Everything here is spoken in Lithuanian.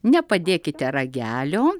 nepadėkite ragelio